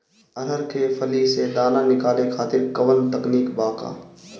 अरहर के फली से दाना निकाले खातिर कवन तकनीक बा का?